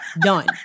Done